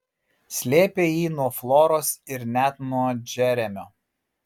slėpė jį nuo floros ir net nuo džeremio